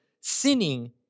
sinning